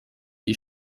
die